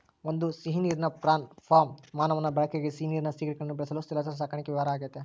ಒಂದು ಸಿಹಿನೀರಿನ prawn farm ಮಾನವನ ಬಳಕೆಗಾಗಿ ಸಿಹಿನೀರಿನ ಸೀಗಡಿಗುಳ್ನ ಬೆಳೆಸಲು ಜಲಚರ ಸಾಕಣೆ ವ್ಯವಹಾರ ಆಗೆತೆ